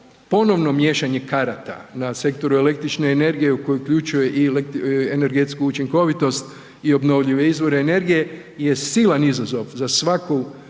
ponovno miješanje karata na sektoru električne energije koje uključuje i energetsku učinkovitost i obnovljive izvore energije je silan izazov za svaku nacionalnu